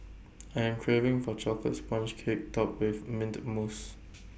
I am craving for A Chocolate Sponge Cake Topped with Mint Mousse